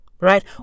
Right